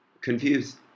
confused